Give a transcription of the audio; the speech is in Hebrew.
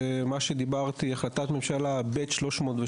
זה מה שדיברתי, החלטת ממשלה ב/302,